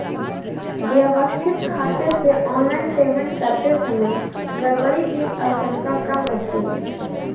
व्यवस्थित खाते से ऑनलाइन पेमेंट करते समय गड़बड़ी की आशंका कम रहती है